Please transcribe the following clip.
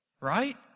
right